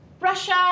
Russia